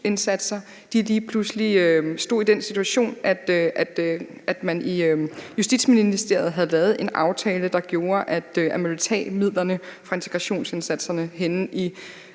lige pludselig stod i den situation, at man i Justitsministeriet havde lavet en aftale, der gjorde, at man ville tage midlerne fra integrationsindsatserne henne i